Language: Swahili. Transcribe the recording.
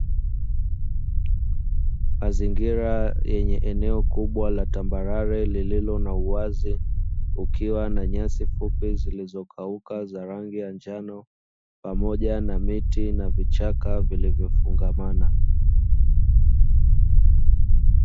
Mazingira yenye eneo kubwa la tambarare lililo na uwazi kukiwa na nyasi fupi zilizokauka za rangi ya njano pamoja na miti na vichaka vilivyofungamana.